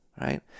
right